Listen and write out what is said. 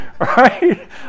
right